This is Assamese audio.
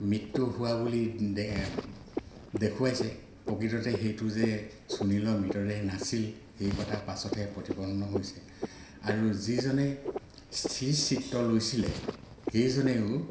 মৃত্যু হোৱা বুলি দেখুৱাইছে প্ৰকৃততে সেইটো যে সুনিলৰ মৃতদেহ যে নাছিল সেই কথা পাছতহে প্ৰতিপন্ন হৈছে আৰু যিজনে স্থিৰ চিত্ৰ লৈছিলে সেইজনেও